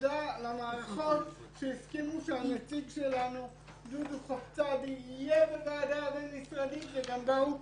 תודה למערכות שהסכימו שהנציג שלנו יהיה בוועדה הבין-משרדית וגם באו